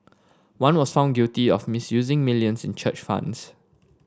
one was found guilty of misusing millions in church funds